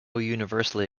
universally